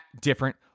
different